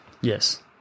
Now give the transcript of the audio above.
Yes